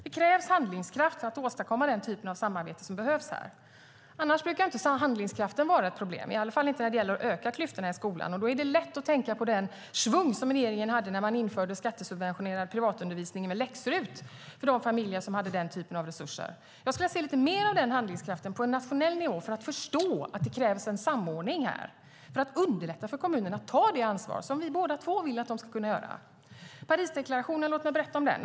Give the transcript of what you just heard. Det krävs handlingskraft för att åstadkomma den typ av samarbete som behövs här. Annars brukar inte handlingskraften vara ett problem, i alla fall inte när det gäller att öka klyftorna i skolan. Då är det lätt att tänka på den schvung som regeringen hade när man införde skattesubventionerad privatundervisning med läx-RUT för de familjer som hade den typen av resurser. Jag skulle vilja se lite mer av den handlingskraften på en nationell nivå, att man förstår att det krävs en samordning här för att underlätta för kommunerna att ta det ansvar som vi båda två vill att de ska kunna göra. Låt mig berätta om Parisdeklarationen.